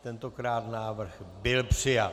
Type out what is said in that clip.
Tentokrát návrh byl přijat.